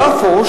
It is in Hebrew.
יפו,